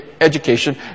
education